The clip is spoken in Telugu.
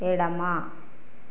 ఎడమ